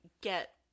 get